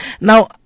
Now